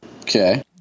Okay